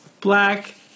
black